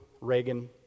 Reagan